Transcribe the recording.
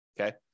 Okay